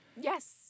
yes